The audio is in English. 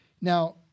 Now